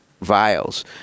vials